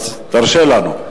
אז תרשה לנו.